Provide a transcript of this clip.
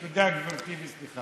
תודה, גברתי, וסליחה.